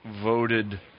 voted